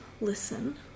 listen